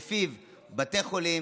שלפיהם,